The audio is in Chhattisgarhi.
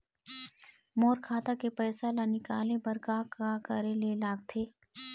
मोर खाता के पैसा ला निकाले बर का का करे ले लगथे?